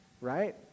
right